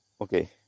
Okay